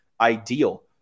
ideal